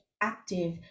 active